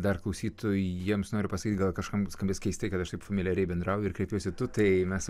dar klausytojams noriu pasakyti gal kažkam skambės keistai kad aš taip familiariai bendrauju ir kreipiuosi tu tai mes